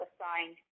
assigned